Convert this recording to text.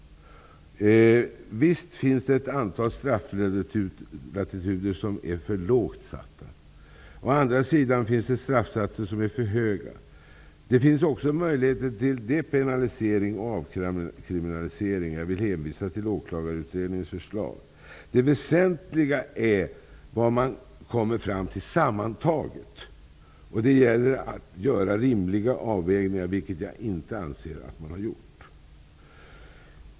Visst finns det ett antal strafflatituder som är för lågt satta. Å andra sidan finns det straffsatser som är för höga. Det finns också möjligheter till depennalisering och avkriminalisering. Jag vill här hänvisa till Åklagarutredningens förslag. Det väsentliga är vad man kommer fram till sammantaget. Det gäller att göra rimliga avvägningar, vilket jag anser att man inte har gjort.